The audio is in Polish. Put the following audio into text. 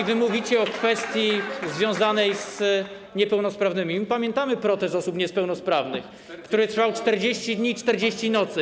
Jeżeli mówicie o kwestii związanej z niepełnosprawnymi, to pamiętamy protest osób niepełnosprawnych, który trwał 40 dni i 40 nocy.